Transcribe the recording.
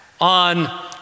on